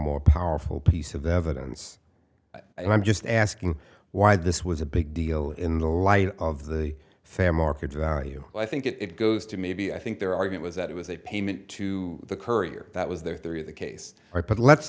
more powerful piece of evidence and i'm just asking why this was a big deal in the light of the fair market value i think it goes to maybe i think there are get was that it was a payment to the courier that was there in the case but let's